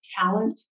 talent